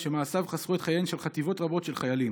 שמעשיו חסכו את חייהם של חטיבות רבות של חיילים.